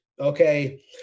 Okay